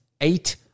eight